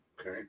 Okay